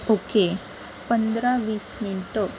okay पंधरा वीस मिनटं